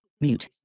mute